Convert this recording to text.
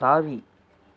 தாவி